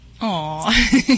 Aw